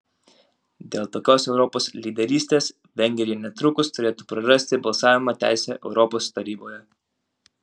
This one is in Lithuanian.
dėl tokios europos lyderystės vengrija netrukus turėtų prarasti balsavimo teisę europos taryboje